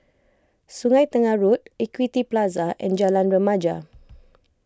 Sungei Tengah Road Equity Plaza and Jalan Remaja